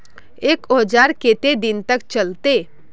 एक औजार केते दिन तक चलते?